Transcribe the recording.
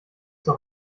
doch